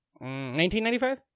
1995